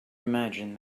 imagined